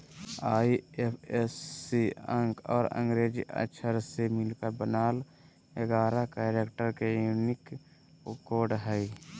IFSC अंक और अंग्रेजी अक्षर से मिलकर बनल एगारह कैरेक्टर के यूनिक कोड हइ